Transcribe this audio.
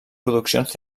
produccions